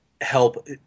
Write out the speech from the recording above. help